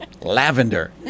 lavender